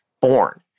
born